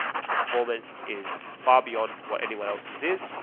is performance, is far beyond what anyone else's is,